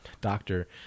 doctor